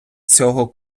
всього